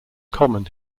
common